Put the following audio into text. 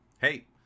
Hey